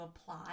apply